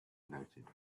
noted